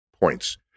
points